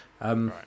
Right